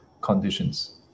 conditions